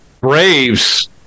Braves